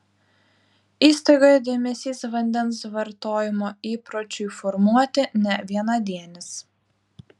įstaigoje dėmesys vandens vartojimo įpročiui formuoti ne vienadienis